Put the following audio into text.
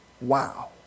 Wow